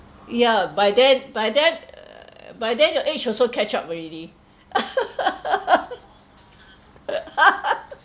yeah by then by then uh by then your age also catch up already